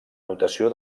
notació